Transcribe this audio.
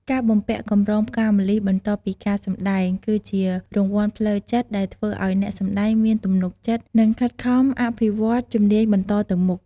ការបំពាក់កម្រងផ្កាម្លិះបន្ទាប់ពីការសម្តែង គឺជារង្វាន់ផ្លូវចិត្តដែលធ្វើឲ្យអ្នកសម្តែងមានទំនុកចិត្ត និងខិតខំអភិវឌ្ឍជំនាញបន្តទៅមុខ។